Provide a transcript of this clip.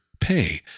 pay